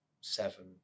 seven